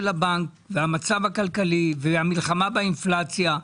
הבנק והמצב הכלכלי והמלחמה באינפלציה.